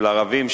של ערבים,